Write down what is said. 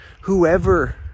whoever